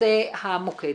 נושא המוקד.